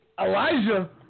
Elijah